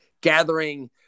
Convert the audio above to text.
gathering